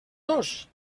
dos